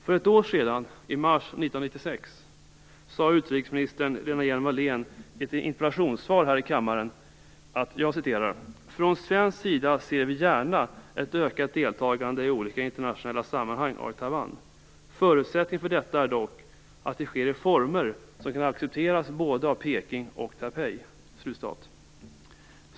För ett år sedan, i mars 1996, sade utrikesminister Lena Hjelm-Wallén i ett interpellationssvar: "Från svensk sida ser vi gärna ett ökat deltagande i olika internationella sammanhang av Taiwan. Förutsättningen för detta är dock att det sker i former som kan accepteras både av Peking och av Taipei."